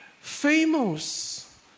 famous